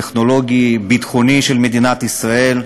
הטכנולוגי והביטחוני של מדינת ישראל.